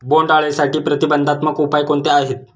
बोंडअळीसाठी प्रतिबंधात्मक उपाय कोणते आहेत?